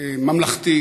ממלכתית,